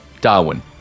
Darwin